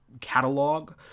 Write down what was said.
catalog